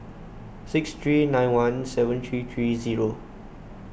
six three nine one seven three three zero